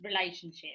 relationship